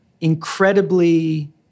incredibly